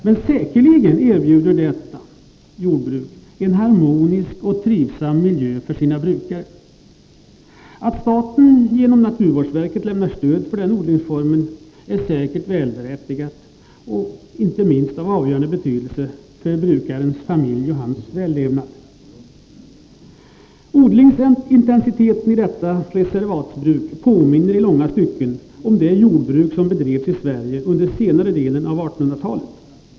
Men säkerligen erbjuder det en harmonisk och trivsam miljö för sin brukare. Att staten genom naturvårdsverket lämnar stöd för den odlingsformen är säkert välberättigat och av avgörande betydelse för brukarens vällevnad. Odlingsintensiteten i detta reservatbruk påminner i långa stycken om de jordbruk som bedrevs i Sverige under senare delen av 1800-talet.